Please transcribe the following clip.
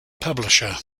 publisher